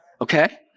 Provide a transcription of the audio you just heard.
Okay